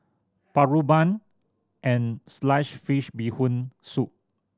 paru bun and slice fish Bee Hoon Soup